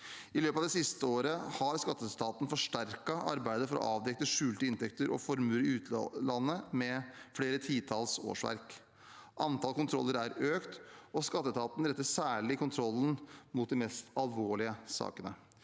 I løpet av det siste året har skatteetaten forsterket arbeidet for å avdekke skjulte inntekter og formuer i utlandet med flere titalls årsverk. Antall kontroller er økt, og skatteetaten retter særlig kontrollene mot de mest alvorlige sakene.